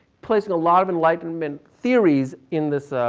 placing a lot of enlightenment theories in this,